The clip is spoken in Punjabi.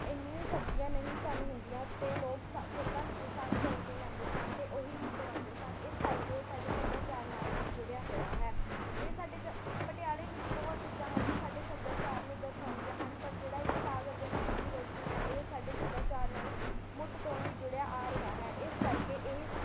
ਇੰਨੀਆਂ ਸਬਜ਼ੀਆਂ ਨਹੀਂ ਸਨ ਹੁੰਦੀਆਂ ਅਤੇ ਲੋਕ ਸ ਖੇਤਾਂ ਵਿੱਚੋ ਸਾਗ ਤੋੜ ਕੇ ਲਿਆਉਂਦੇ ਸਨ ਅਤੇ ਓਹੀ ਬਣਾਉਂਦੇ ਸਨ ਇਸ ਕਰਕੇ ਇਹ ਸਾਡੇ ਸੱਭਿਆਚਾਰ ਨਾਲ ਵੀ ਜੁੜਿਆ ਹੋਇਆ ਹੈ ਇਹ ਸਾਡੇ ਪਟਿਆਲੇ ਵਿੱਚ ਬਹੁਤ ਚੀਜ਼ਾਂ ਹਨ ਜੋ ਸਾਡੇ ਸੱਭਿਆਚਾਰ ਨੂੰ ਦਰਸਾਉਂਦੀਆਂ ਹਨ ਪਰ ਜਿਹੜਾ ਇੱਕ ਸਾਗ ਅਤੇ ਮੱਕੀ ਦੀ ਰੋਟੀ ਹੈ ਇਹ ਸਾਡੇ ਸੱਭਿਆਚਾਰ ਨਾਲ ਮੁੱਢ ਤੋਂ ਹੀ ਜੁੜਿਆ ਆ ਰਿਹਾ ਹੈ ਇਸ ਕਰਕੇ ਇਹ ਸ